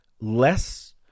less